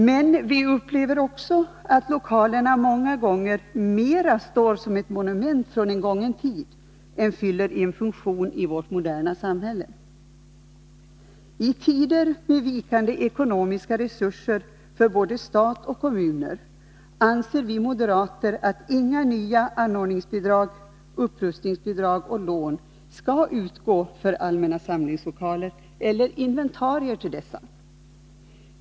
Men vi ser också att lokalerna många gånger mera står som ett monument från en gången tid än fyller en funktion i vårt moderna samhälle. I tider med vikande ekonomiska resurser för både stat och kommuner anser vi moderater att inga nya anordningsbidrag, upprustningsbidrag och lån skall utgå för allmänna samlingslokaler eller inventarier till dessa.